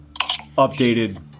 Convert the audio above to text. updated